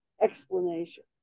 explanation